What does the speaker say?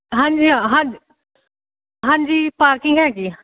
ਹਾਂਜੀ ਹਾਂ ਹਾਂਜ ਹਾਂਜੀ ਪਾਰਕਿੰਗ ਹੈਗੀ